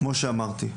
כמו שאמרתי,